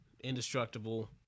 indestructible